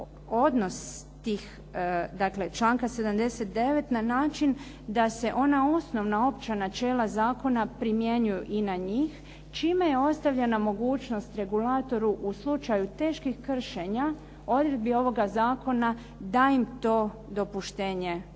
dakle članka 79. na način da se ona osnovna, opća načela zakona primjenjuju i na njih čime je ostavljena mogućnost regulatoru u slučaju teških kršenja odredbi ovoga zakona da im to dopuštenje